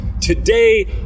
Today